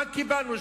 מה קיבלנו?